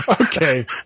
Okay